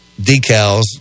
decals